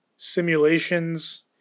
Simulations